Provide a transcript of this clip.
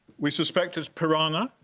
we suspect it's piranha.